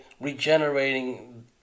regenerating